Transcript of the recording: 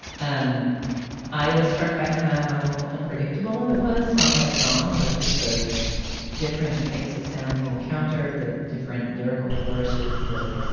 um i was struck by how unpredictable it was, song by song, like just the different types of sounds you encounter, the different lyrical flourishes, the